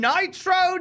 Nitro